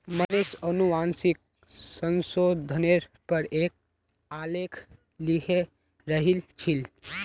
मनीष अनुवांशिक संशोधनेर पर एक आलेख लिखे रहिल छील